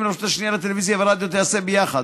לרשות השנייה לטלוויזיה ורדיו תיעשה ביחד,